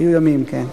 היו ימים, כן.